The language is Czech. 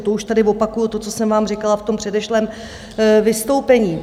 To už tady opakuji to, co jsem vám říkala v tom předešlém vystoupení.